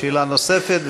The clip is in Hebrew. שאלה נוספת,